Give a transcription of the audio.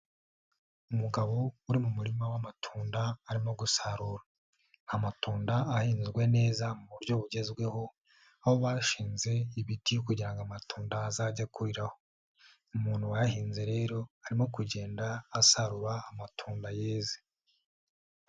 Umugabo uri mu murima w'amatunda arimo gusarura. Amatunda ahinzwe neza mu buryo bugezweho, aho bashinze ibiti kugira ngo amatunda azajya akuriraho. Umuntu wayahinze rero arimo kugenda asarura amatunda yeze.